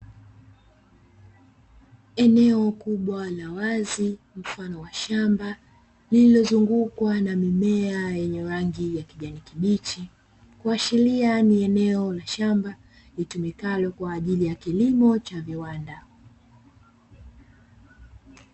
Eneo kubwa la wazi mfano wa shamba lililozungukwa na mimea yenye rangi ya kijani kibichi, kuashiria kuwa ni eneo la shamba litumikalo kwa ajili ya kilimo cha viwanda.